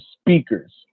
speakers